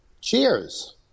Cheers